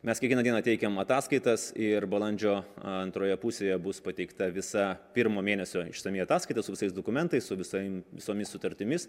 mes kiekvieną dieną teikiam ataskaitas ir balandžio antroje pusėje bus pateikta visa pirmo mėnesio išsami ataskaita su visais dokumentais su visa visomis sutartimis